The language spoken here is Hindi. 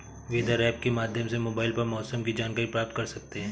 वेदर ऐप के माध्यम से मोबाइल पर मौसम की जानकारी प्राप्त कर सकते हैं